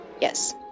Yes